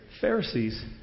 Pharisees